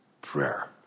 Prayer